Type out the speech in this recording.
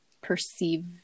perceive